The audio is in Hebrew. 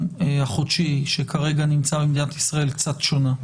החודשי שכרגע נמצא במדינת ישראל קצת שונה.